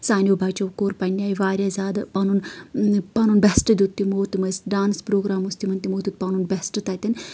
سانیو بَچو کوٚر پَنٕنہِ آیہِ واریاہ زیادٕ پَنُن پَنُن بیسٹ دیُت تِمو تِم ٲسۍ ڈانٕس پرۄگرام اوٚس تِمن تِمو دیُت پَنُن بیسٹ تَتٮ۪ن